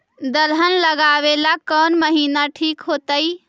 दलहन लगाबेला कौन महिना ठिक होतइ?